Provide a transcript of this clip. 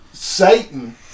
Satan